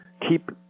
keep